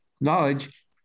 knowledge